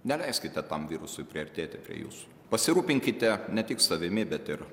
neleiskite tam virusui priartėti prie jūsų pasirūpinkite ne tik savimi bet ir